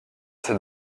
cette